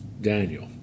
Daniel